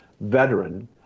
veteran